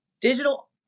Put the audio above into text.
digital